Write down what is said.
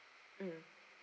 mm